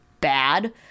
bad